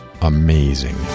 amazing